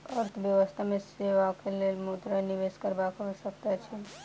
अर्थव्यवस्था मे सेवाक लेल मुद्रा निवेश करबाक आवश्यकता अछि